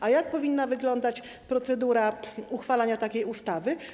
A jak powinna wyglądać procedura uchwalania takiej ustawy?